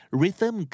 rhythm